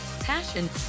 passion